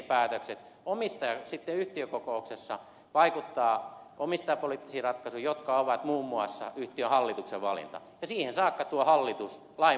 omistaja sitten yhtiökokouksessa vaikuttaa omistajapo liittisiin ratkaisuihin joihin kuuluu muun muassa yhtiön hallituksen valinta ja siihen saakka tuo hallitus lain mukaisesti vastaa päätöksistä